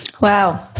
Wow